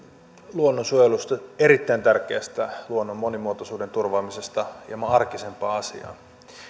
luonnonsuojelusta erittäin tärkeästä luonnon monimuotoisuuden turvaamisesta hieman arkisempaan